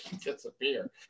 disappear